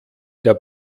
der